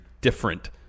different